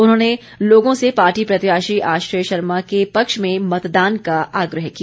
उन्होंने लोगों से पार्टी प्रत्याशी आश्रय शर्मा के पक्ष में मतदान का आग्रह किया